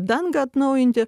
dangą atnaujinti